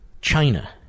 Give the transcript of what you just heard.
China